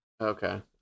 Okay